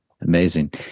Amazing